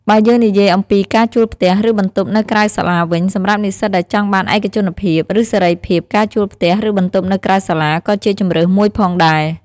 បើយើងនិយាយអំពី ការជួលផ្ទះ ឬបន្ទប់នៅក្រៅសាលាវិញ សម្រាប់និស្សិតដែលចង់បានឯកជនភាព ឬសេរីភាព ការជួលផ្ទះ ឬបន្ទប់នៅក្រៅសាលាក៏ជាជម្រើសមួយផងដែរ។